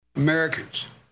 Americans